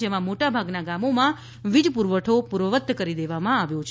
જેમાં મોટા ભાગના ગામોમાં વીજ પુરવઠો પૂર્વવત કરી દેવામાં આવ્યો છે